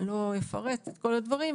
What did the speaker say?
אני לא אפרט את כל הדברים,